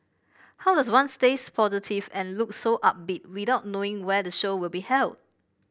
how does one stays positive and look so upbeat without knowing where the show will be held